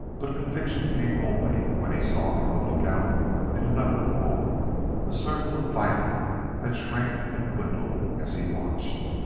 but conviction came only when he saw from a lookout in another wall a circle of violet that shrank and dwindled as he watched.